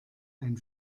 ein